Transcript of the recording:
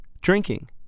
drinking